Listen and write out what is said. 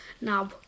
Now